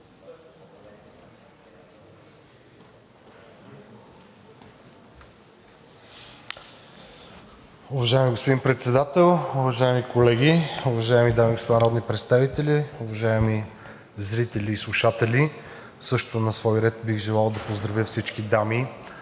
Уважаеми господин Председател, уважаеми колеги, уважаеми дами и господа народни представители, уважаеми зрители и слушатели! Също на свой ред бих желал да поздравя всички дами